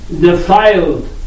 defiled